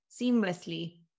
seamlessly